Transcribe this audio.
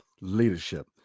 leadership